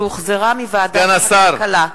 שהחזירה ועדת הכלכלה.